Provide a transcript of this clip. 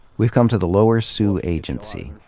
we've come to the lower sioux agency.